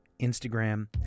Instagram